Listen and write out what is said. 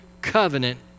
covenant